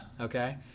Okay